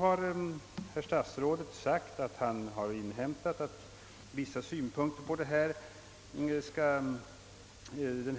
Herr statsrådet förklarar nu att han inhämtat att energikommittén torde komma att »ge vissa synpunkter på hur olika